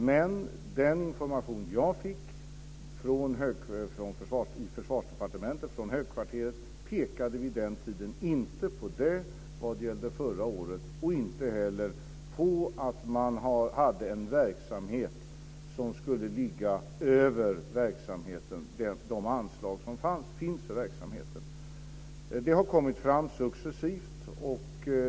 Men den information som jag fick från Försvarsdepartementet och från högkvarteret pekade vid den tiden inte på det när det gällde förra året och inte heller på att verksamheten låg över de anslag som fanns. Det har kommit fram successivt.